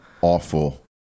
awful